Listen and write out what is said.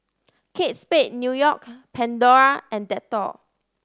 Kate Spade New York Pandora and Dettol